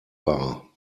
bar